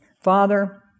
Father